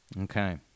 Okay